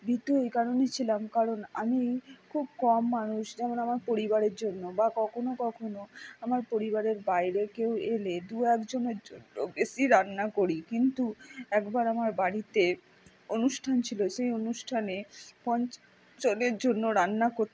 ভিতু এই কারণেই ছিলাম কারণ আমি খুব কম মানুষ যেমন আমার পরিবারের জন্য বা কখনো কখনো আমার পরিবারের বাইরে কেউ এলে দু এক জনের জন্য বেশি রান্না করি কিন্তু একবার আমার বাড়িতে অনুষ্ঠান ছিলো সেই অনুষ্ঠানে পঞ্চাশ জন্য রান্না করতে